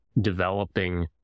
developing